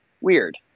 weird